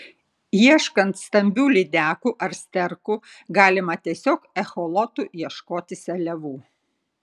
ieškant stambių lydekų ar sterkų galima tiesiog echolotu ieškoti seliavų